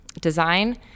design